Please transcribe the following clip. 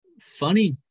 Funny